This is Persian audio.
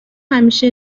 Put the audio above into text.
همیشه